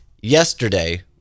yesterday